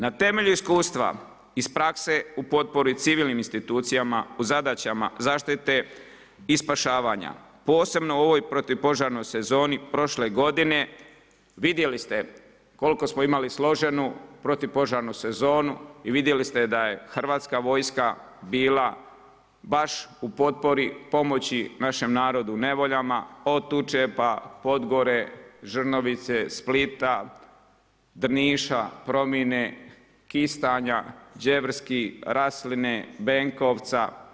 Na temelju iskustva iz prakse u potpori civilnim institucijama u zadaćama zaštite i spašavanja posebno u ovoj protupožarnoj sezoni prošle godine vidjeli ste koliko smo imali složenu protupožarnu sezonu i vidjeli ste da je Hrvatska vojska bila baš u potpori pomoći našem narodu u nevoljama od Tučepa, Podgore, Žrnovnice, Splita, Drniša, Promine, Kistanja, Đevrski, Rasline, Benkovca.